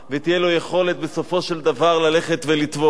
ותהיה להם יכולת בסופו של דבר ללכת ולתבוע.